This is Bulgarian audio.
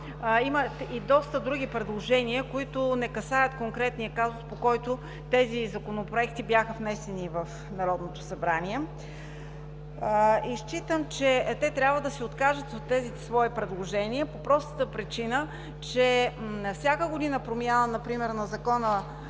има и доста други предложения, които не касаят конкретния казус, по който тези законопроекти бяха внесени в Народното събрание. Считам, че те трябва да се откажат от тези свои предложения, по простата причина че всяка година промяна например на Закона